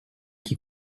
qui